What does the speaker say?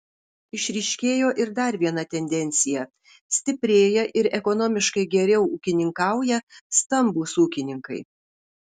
išryškėjo ir dar viena tendencija stiprėja ir ekonomiškai geriau ūkininkauja stambūs ūkininkai